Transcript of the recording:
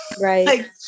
right